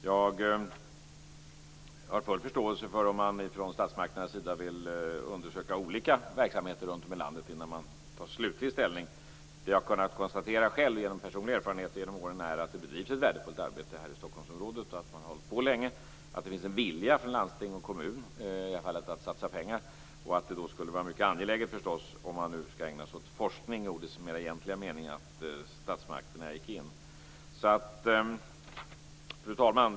Jag har full förståelse för om man från statsmakternas sida vill undersöka olika verksamheter runt om i landet innan man tar slutlig ställning. Det som jag själv har kunnat konstatera genom personliga erfarenheter genom åren är att det bedrivs ett värdefullt arbete här i Stockholmsområdet, att man har hållit på länge och att det finns en vilja från landsting och kommun att satsa pengar och att det då förstås skulle vara mycket angeläget, om man nu skall ägna sig åt forskning i ordets egentliga mening, om statsmakterna gick in. Fru talman!